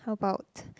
how about